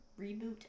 reboot